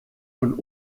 von